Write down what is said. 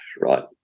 right